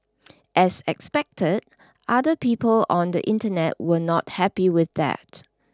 as expected other people on the Internet were not happy with that